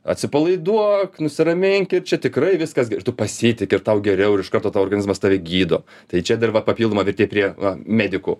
atsipalaiduok nusiramink ir čia tikrai viskas tu pasitiki ir tau geriau iš karto tavo organizmas tave gydo tai čia dar va papildoma vertė prie va medikų